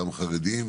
גם חרדים,